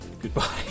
Goodbye